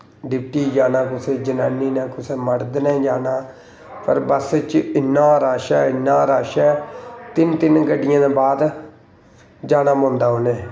deputy जाना कुसै जनानी ने कुसै मर्द ने जाना पर बस च इन्ना रश ऐ इन्ना रश ऐ तिन्न तिन्न गड्डियें दे बाद जाना पौंदा उ'नें